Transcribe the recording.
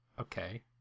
okay